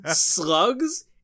Slugs